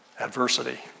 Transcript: adversity